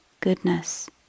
goodness